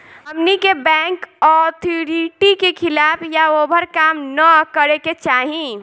हमनी के bank authority के खिलाफ या ओभर काम न करे के चाही